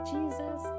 Jesus